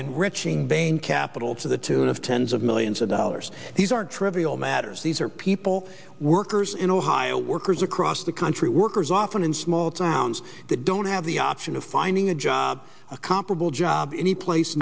enriching bain capital to the tune of tens of millions of dollars these aren't trivial matters these are people workers in ohio workers across the country workers often in small towns that don't have the option of finding a job a comparable job anyplace